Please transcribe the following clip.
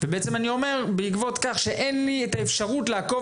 אבל בעצם בעקבות כך שאין לי את האפשרות לעקוב